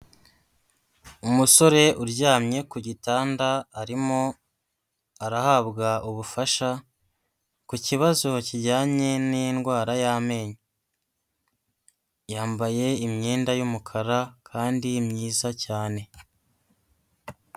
Umusore uryamye ku gitanda arimo arahabwa ubufasha ku kibazo kijyanye n'indwara y'amenyo, yambaye imyenda y'umukara kandi myiza cyane.